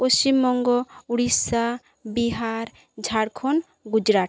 Paschimbanga Orissa Bihar Jharkhand Gujarat